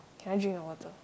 can I drink your water